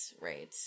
right